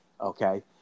Okay